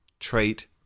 trait